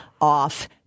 off